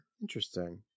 interesting